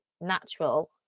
natural